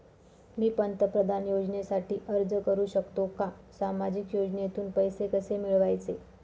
मी पंतप्रधान योजनेसाठी अर्ज करु शकतो का? सामाजिक योजनेतून पैसे कसे मिळवायचे